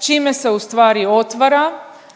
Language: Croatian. čime se ustvari otvara